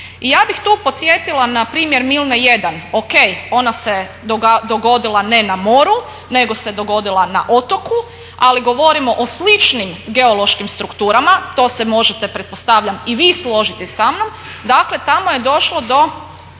Ja bih tu podsjetila na primjer Milne 1, ok ona se dogodila ne na moru nego se dogodila na otoku ali govorimo o sličnim geološkim strukturama to se možete pretpostavljam i vi složiti sa mnom. Dakle tamo je došlo do